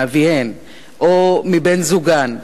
מאביהן או מבן-זוגן.